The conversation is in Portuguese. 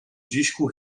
disco